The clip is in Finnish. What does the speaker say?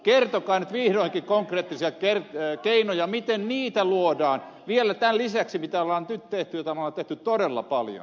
kertokaa nyt vihdoinkin konkreettisia keinoja miten niitä luodaan vielä tämän lisäksi mitä olemme nyt tehneet ja olemme tehneet todella paljon